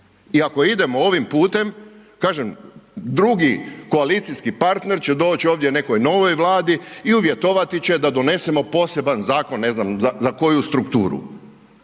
i ako idemo ovim putem, kažem, drugi koalicijski partner će doć ovdje nekoj novoj Vladi i uvjetovati će da donesemo poseban zakon, ne znam za koju strukturu,